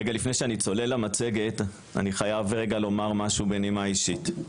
רגע לפני שאני צולל למצגת אני חייב רגע לומר משהו בנימה אישית.